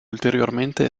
ulteriormente